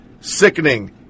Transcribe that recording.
Sickening